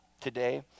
today